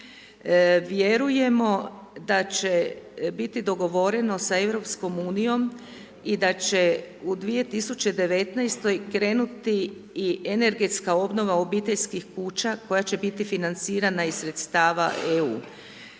Vjerujemo da će biti dogovoreno sa Europskom unijom i da će u 2019. krenuti i energetska obnova obiteljskih kuća koja će biti financirana iz sredstava EU,